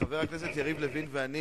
חבר הכנסת יריב לוין ואני